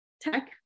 tech